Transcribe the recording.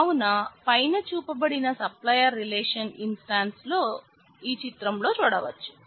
కావున పైన చూపబడిన సప్లయర్ రిలేషన్ ఇన్స్టాన్స్ ను చిత్రంలో చూడవచ్చు